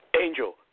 Angel